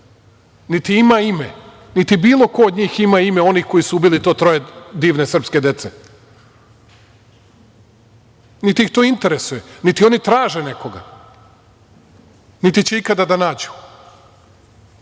niti ima ime, niti bilo ko od njih ima ime onih koji su ubili to troje divne srpske dece, niti ih to interesuje, niti oni traže nekoga, niti će ikada da nađu. Ne